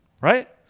right